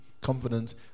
confidence